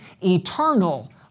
Eternal